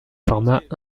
format